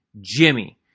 Jimmy